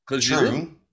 True